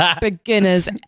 beginner's